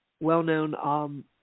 well-known